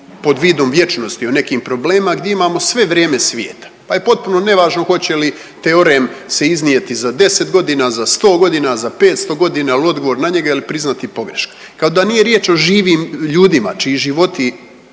pod vidom vječnosti o nekim problemima gdje imamo sve vrijeme svijeta pa je potpuno nevažno hoće li teorem se iznijeti za 10 godina, za 100 godina, za 500 godina, ali odgovor na njega ili priznati pogreške. Kao da nije riječ o živim ljudima čiji životi